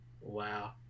Wow